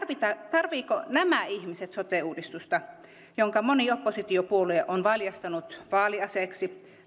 tarvitsevatko nämä ihmiset sote uudistusta jonka moni oppositiopuolue on valjastanut vaaliasiaksi